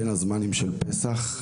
בין הזמנים של פסח,